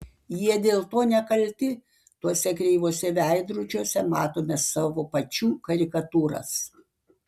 jie dėl to nekalti tuose kreivuose veidrodžiuose matome savo pačių karikatūras